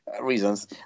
Reasons